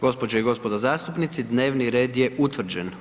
Gospođo i gospodo zastupnici, dnevni red je utvrđen.